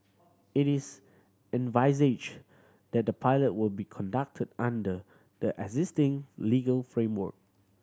it is envisaged that the pilot will be conducted under the existing legal framework